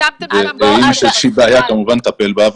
אם יש איזושהי בעיה, כמובן נטפל בה.